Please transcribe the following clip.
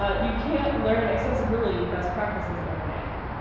ah you can't learn accessibility best practices overnight.